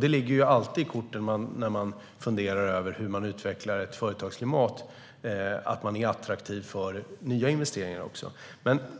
Det ligger alltid i korten när man funderar över hur man utvecklar ett företagsklimat att man också är attraktiv för nya investeringar.